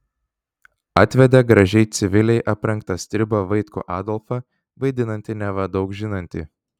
atvedė gražiai civiliai aprengtą stribą vaitkų adolfą vaidinantį neva daug žinantį